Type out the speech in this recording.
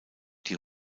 die